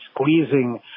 squeezing